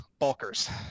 bulkers